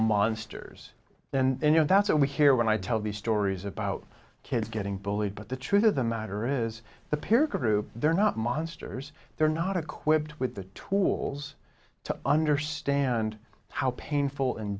monsters and you know that's what we hear when i tell these stories about kids getting bullied but the truth of the matter is the peer group they're not monsters they're not equipped with the tools to understand how painful